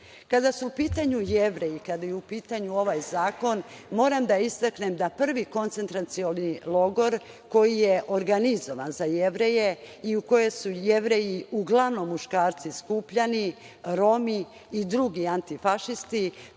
su u pitanju Jevreji, kada je u pitanju ovaj zakon, moram da istaknem da prvi koncentracioni logor koji je organizovan za Jevreje i u koje su Jevreji, uglavnom muškarci skupljani, Romi i drugi antifašisti,